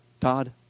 Todd